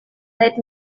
let